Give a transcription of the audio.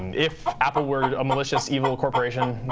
if apple were a malicious, evil corporation,